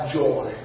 joy